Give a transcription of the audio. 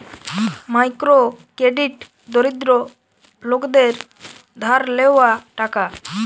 micro credit দরিদ্র লোকদের ধার লেওয়া টাকা